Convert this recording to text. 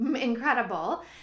incredible